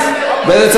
המדיניות שלכם.